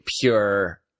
pure